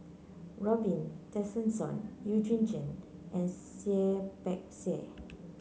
Robin Tessensohn Eugene Chen and Seah Peck Seah